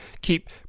keep